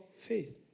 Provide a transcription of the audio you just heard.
faith